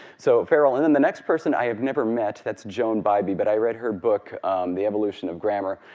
so farrell. and and the next person i have never match. that's joan bybee, but i read her book the evolution of grammar,